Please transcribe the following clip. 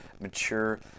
mature